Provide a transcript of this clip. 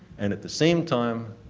and at the same time,